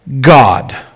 God